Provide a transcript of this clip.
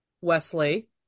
Wesley